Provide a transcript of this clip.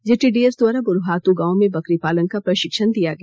JTDS द्वारा बुरूहातू गांव में बकरी पालन का प्रशिक्षण दिया गया